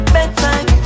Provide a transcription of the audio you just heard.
Bedtime